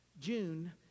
June